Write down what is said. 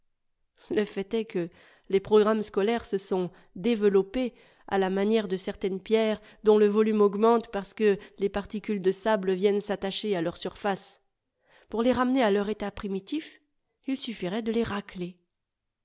le fait est que les programmes scolaires se sont développés à la manière de certaines pierres dont le volume augmente parce que des particules de sable viennent s'attacher à leur surface pour les ramener à leur état primitif il suffirait de les racler